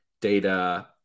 data